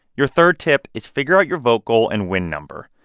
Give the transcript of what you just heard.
your third tip is figure out your vote goal and win number.